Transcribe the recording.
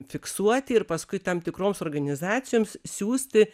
fiksuoti ir paskui tam tikroms organizacijoms siųsti